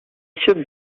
should